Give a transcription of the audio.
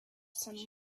sunlight